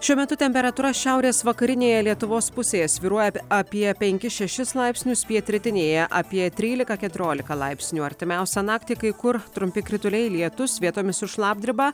šiuo metu temperatūra šiaurės vakarinėje lietuvos pusėje svyruoja ap apie penkis šešis laipsnius pietrytinėje apie trylika keturiolika laipsnių artimiausią naktį kai kur trumpi krituliai lietus vietomis su šlapdriba